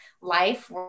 life